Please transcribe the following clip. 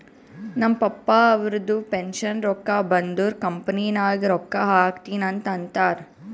ನಮ್ ಪಪ್ಪಾ ಅವ್ರದು ಪೆನ್ಷನ್ ರೊಕ್ಕಾ ಬಂದುರ್ ಕಂಪನಿ ನಾಗ್ ರೊಕ್ಕಾ ಹಾಕ್ತೀನಿ ಅಂತ್ ಅಂತಾರ್